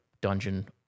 dungeon